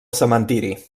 cementiri